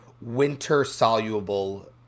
winter-soluble